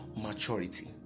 maturity